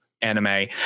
anime